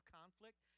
conflict